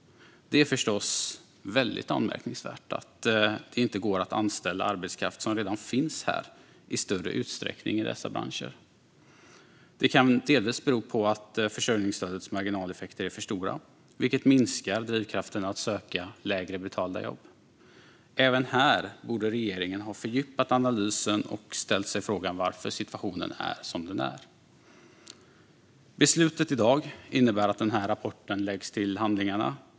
Det är förstås väldigt anmärkningsvärt att det inte i större utsträckning går att anställa arbetskraft som redan finns här i dessa branscher. Detta kan delvis bero på att försörjningsstödets marginaleffekter är för stora, vilket minskar drivkrafterna att söka lägre betalda jobb. Även här borde regeringen ha fördjupat analysen och ställt sig frågan varför situationen är som den är. Beslutet i dag innebär att den här rapporten läggs till handlingarna.